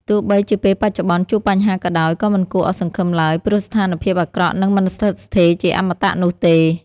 ទោះបីជាពេលបច្ចុប្បន្នជួបបញ្ហាក៏ដោយ ក៏មិនគួរអស់សង្ឃឹមឡើយ ព្រោះស្ថានភាពអាក្រក់នឹងមិនស្ថិតស្ថេរជាអមតៈនោះទេ។